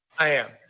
i am.